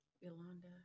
Yolanda